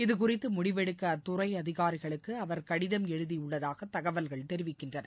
இதுகுறித்து முடிவெடுக்க அத்துறை அதிகாரிகளுக்கு அவர் கடிதம் எழுதியுள்ளதாக தகவல்கள் தெரிவிக்கின்றன